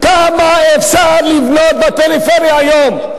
כמה אפשר לבנות בפריפריה היום,